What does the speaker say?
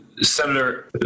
Senator